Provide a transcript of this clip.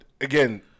again